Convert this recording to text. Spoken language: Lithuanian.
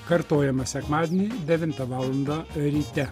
kartojama sekmadienį devintą valandą ryte